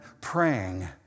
praying